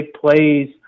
plays